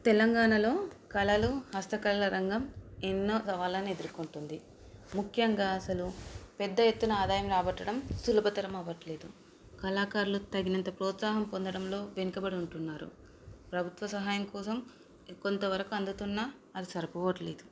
తెలంగాణలో కళలు హస్తకళల రంగం ఎన్నో సవాళ్లను ఎదుర్కొంటుంది ముఖ్యంగా అసలు పెద్ద ఎత్తున ఆదాయం రాబట్టడం సులభతరం అవ్వట్లేదు కళాకారులు తగినంత ప్రోత్సాహం పొందడంలో వెనుకబడి ఉంటున్నారు ప్రభుత్వ సహాయం కోసం కొంతవరకు అందుతున్న అది సరిపోవట్లేదు